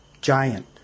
Giant